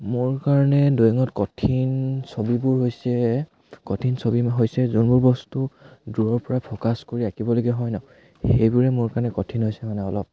মোৰ কাৰণে ড্ৰয়িঙত কঠিন ছবিবোৰ হৈছে কঠিন ছবি হৈছে যোনবোৰ বস্তু দূৰৰ পৰাই ফ'কাছ কৰি আঁকিবলগীয়া হয় ন সেইবোৰে মোৰ কাৰণে কঠিন হৈছে মানে অলপ